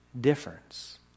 difference